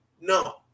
No